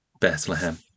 Bethlehem